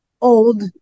old